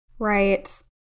Right